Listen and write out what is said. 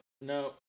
no